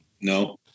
no